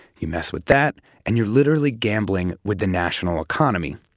you mess with that and you're literally gambling with the national economy,